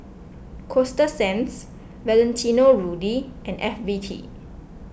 Coasta Sands Valentino Rudy and F B T